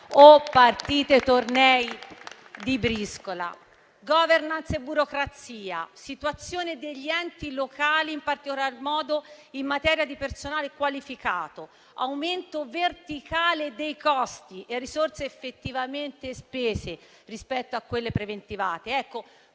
o partite e tornei di briscola. *Governance,* burocrazia, situazione degli enti locali, in particolar modo in materia di personale qualificato, aumento verticale dei costi e risorse effettivamente spese rispetto a quelle preventivate.